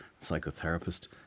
psychotherapist